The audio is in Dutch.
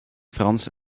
frans